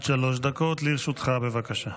עד שלוש דקות לרשותך, בבקשה.